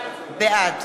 בעד